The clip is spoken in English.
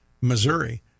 Missouri